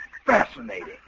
Fascinating